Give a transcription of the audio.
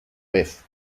vez